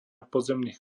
pozemných